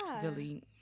Delete